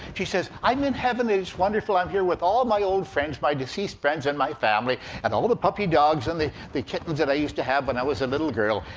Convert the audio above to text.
she says, i'm in heaven and it's wonderful. i'm here with all my old friends, my deceased friends, and my family and all the puppy dogs and the the kittens that i used to have when i was a little girl.